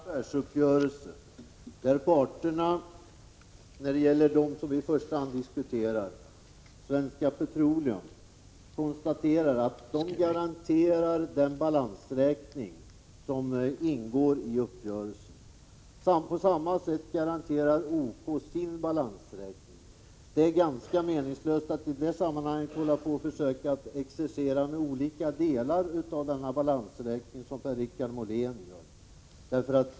Herr talman! Detta är en affärsuppgörelse. När det gäller de parter som vii första hand diskuterar så garanterar Svenska Petroleum den balansräkning som ingår i uppgörelsen, och på samma sätt garanterar OK sin balansräkning. Det är ganska meningslöst att i det sammanhanget försöka exercera med olika delar av denna balansräkning, som Per-Richard Molén gör.